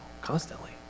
constantly